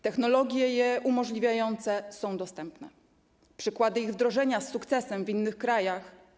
Technologie je umożliwiające są dostępne, są też przykłady ich wdrożenia z sukcesem w innych krajach.